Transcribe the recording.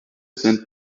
sind